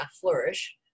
flourish